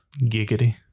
giggity